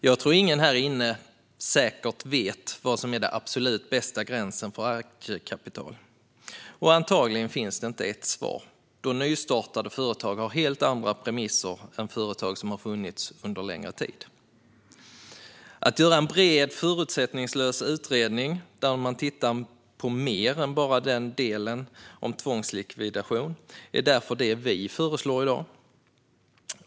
Jag tror att ingen här inne vet säkert vad som är den absolut bästa gränsen för aktiekapital, och antagligen finns det inte ett svar, då nystartade företag har helt andra premisser än företag som har funnits under en längre tid. Att göra en bred, förutsättningslös utredning där man tittar på mer än bara delen om tvångslikvidation är därför det vi föreslår i dag.